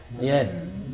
Yes